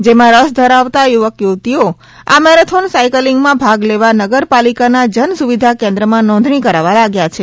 જેમાં રસ ધરાવતા યુવક યુવતો આ મેરેથોન સાયકલિંગમાં ભાગ લેવા નગરપાલિકાના જનસુવિધા કેન્રમાં નોંધણી કરાવવા લાગ્યા છે